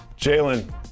Jalen